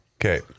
Okay